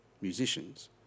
musicians